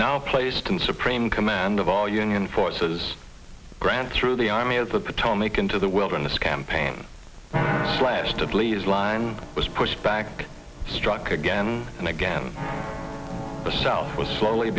now placed in supreme command of all union forces grant through the army of the potomac into the wilderness campaign blasted lee's line was pushed back struck again and again the south was slowly